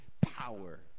power